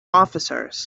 officers